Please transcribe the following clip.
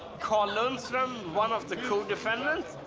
carl lundstrom, one of the co-defendants